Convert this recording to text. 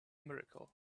miracle